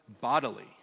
bodily